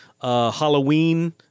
Halloween